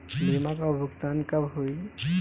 बीमा का भुगतान कब होइ?